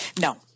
No